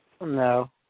No